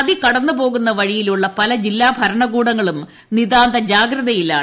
നദി കടന്നു പോകുന്ന വഴിയിലുള്ള പല ജില്ലാ ഭരണകൂടങ്ങളും നിതാന്ത ജാഗ്രതയിലാണ്